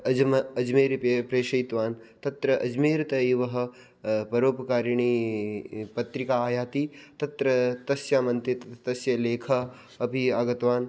अजम् अजमेर् प्रेषयित्वान् तत्र अजमेरतः एव परोपकारिणी पत्रिका आयाति तत्र तस्य मन्तित् तस्य लेखः अपि आगतवान्